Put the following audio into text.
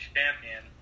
Champion